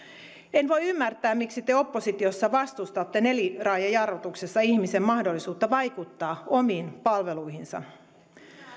en voi ymmärtää miksi te oppositiossa vastustatte neliraajajarrutuksessa ihmisen mahdollisuutta vaikuttaa omiin palveluihinsa